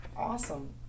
Awesome